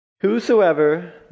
Whosoever